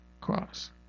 cross